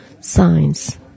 science